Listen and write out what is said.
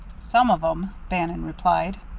some of em, bannon replied.